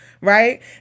right